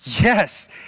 Yes